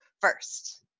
first